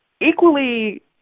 equally